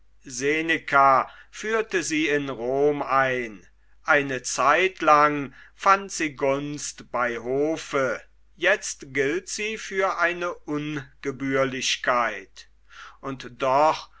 seneka führte sie in rom ein eine zeit lang fand sie gunst bei hofe jetzt gilt sie für eine ungebührlichkeit und doch